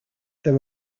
there